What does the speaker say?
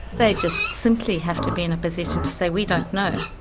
they just simply have to be in a position to say we don't know,